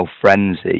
frenzy